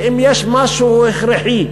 שאם יש משהו הכרחי,